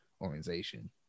organization